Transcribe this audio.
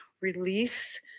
release